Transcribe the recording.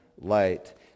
light